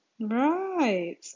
Right